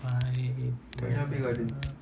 by the